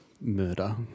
murder